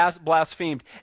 blasphemed